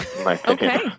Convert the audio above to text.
Okay